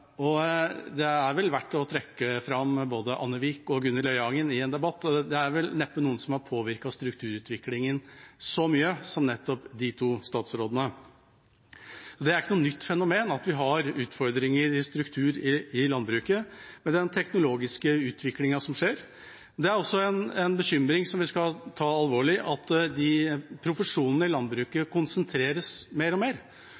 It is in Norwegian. tiår. Det er vel verdt å trekke fram både Anne Vik og Gunhild Øyangen i en debatt. Det er neppe noen som har påvirket strukturutviklingen så mye som nettopp de to statsrådene. Det er ikke noe nytt fenomen at vi har strukturutfordringer i landbruket, med den teknologiske utviklingen som skjer. En bekymring vi også skal ta alvorlig, er at profesjonene i landbruket konsentreres mer og mer.